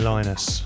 Linus